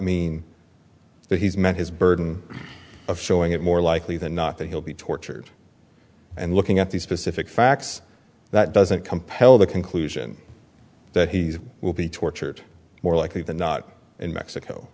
mean that he's met his burden of showing it more likely than not that he'll be tortured and looking at the specific facts that doesn't compel the conclusion that he will be tortured more likely than not in mexico